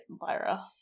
Lyra